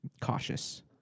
cautious